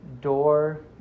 door